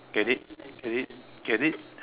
get it get it get it